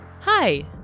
Hi